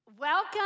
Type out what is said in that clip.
Welcome